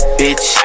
bitch